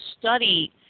study